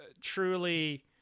truly